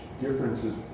differences